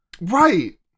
Right